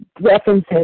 References